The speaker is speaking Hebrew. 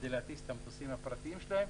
כדי להטיס את המטוסים הפרטיים שלהם.